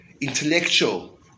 intellectual